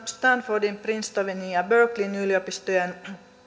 stanfordin princetonin ja berkeleyn yliopistojen